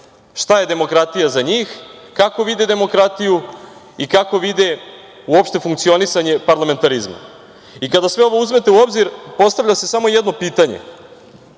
šta je demokratija za njih, kako vide demokratiju i kako vide uopšte funkcionisanje parlamentarizma. Kada sve ovo uzmete u obzir, postavlja se samo jedno pitanje